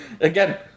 Again